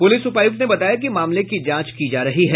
police उपायुक्त ने बताया कि मामले की जांच की जा रही है